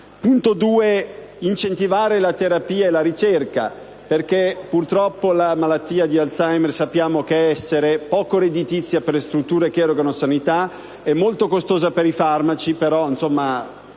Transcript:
incentivare la terapia e la ricerca, perché purtroppo la malattia di Alzheimer sappiamo essere poco redditizia per le strutture che erogano sanità e molto costosa per i farmaci. La